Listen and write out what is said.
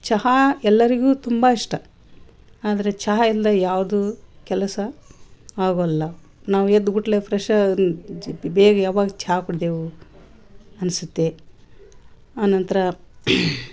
ಚಹಾ ಎಲ್ಲರಿಗೂ ತುಂಬಾ ಇಷ್ಟ ಆದರೆ ಚಹಾ ಇಲ್ಲದೇ ಯಾವುದು ಕೆಲಸ ಆಗೋಲ್ಲ ನಾವು ಎದ್ದ ಬುಟ್ಲೆ ಫ್ರೆಶ್ ಬೇಗ ಯವಾಗ ಚಾ ಕುಡಿದೆವು ಅನ್ಸುತ್ತೆ ಆ ನಂತರ